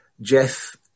Jeff